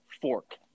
fork